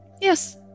Yes